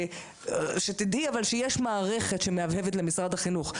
שתדעי אבל שיש מערכת שמהבהבת למשרד החינוך.